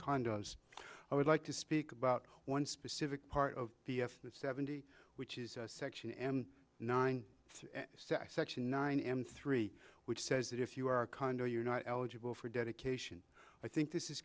condos i would like to speak about one specific part of the seventy which is section nine section nine and three which says that if you are a condo you're not eligible for dedication i think this is